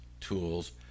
tools